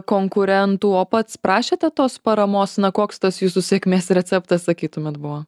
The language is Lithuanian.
konkurentų o pats prašėte tos paramos na koks tas jūsų sėkmės receptas sakytumėt buvo